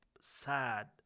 sad